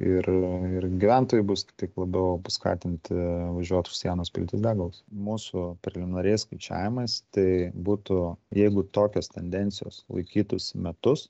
ir ir gyventojai bus taip labiau paskatinti važiuot už sienos piltis degalus mūsų preliminariais skaičiavimais tai būtų jeigu tokios tendencijos laikytųs metus